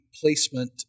placement